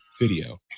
video